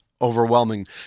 overwhelming